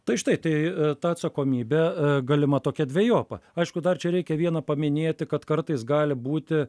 tai štai tai ta atsakomybė galima tokia dvejopa aišku dar čia reikia vieną paminėti kad kartais gali būti